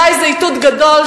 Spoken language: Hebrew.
אולי זה איתות גדול,